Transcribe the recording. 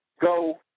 go